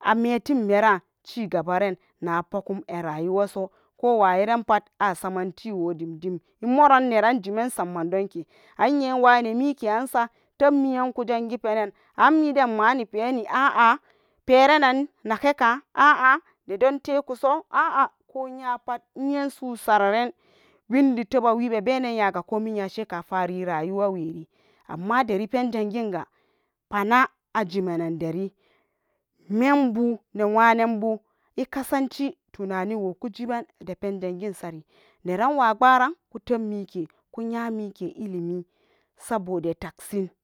ammetin mera cigabaren napogum arayuwaso ko wayiran pat asaman tiwodim dim, imoran neran jiman samn mandonke anye wane mike yamsa tebmeyan kujangi penen anmidan mani peni a'a perenam nagbeka a'a nedon tekuso a'a koyapat inye su sararen vindi teba wibe benen yaga komin ya sheka fariir rayuwaweri, amma deri pen janginga pana ajimenen deri membu wanen bu ikasanci tunaniwo kugiban depen jangin sari neranwa gbaran kutub mike ilimi saboda taksin.